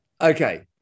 Okay